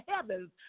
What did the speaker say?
heavens